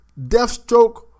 Deathstroke